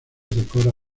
decora